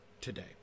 today